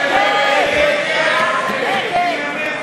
נגד הגנבה, נגד